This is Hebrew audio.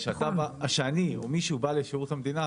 כשאני או מישהו בא לשירות המדינה,